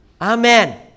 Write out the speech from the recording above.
Amen